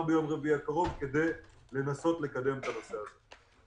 ביום רביעי הקרוב כדי לנסות לקדם את הנושא הזה.